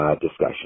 Discussion